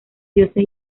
dioses